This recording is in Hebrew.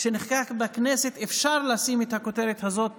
שנחקק בכנסת, אפשר לשים את הכותרת הזאת